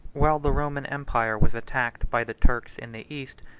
while the roman empire was attacked by the turks in the east,